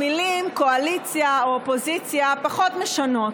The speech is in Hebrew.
המילים קואליציה או אופוזיציה פחות משנות.